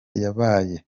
yabaye